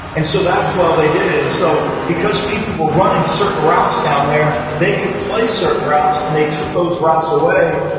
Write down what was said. and so that's how they did it. and so, because people were running certain routes down there they could play certain routes, and they took those routes away,